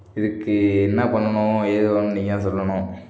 இதுக்கு என்ன பண்ணணும் ஏது பண்ணணும் நீங்கள் தான் சொல்லணும்